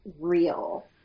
real